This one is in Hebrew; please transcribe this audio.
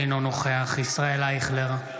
אינו נוכח ישראל אייכלר,